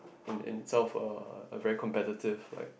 in itself a a very competitive like